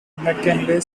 mckinley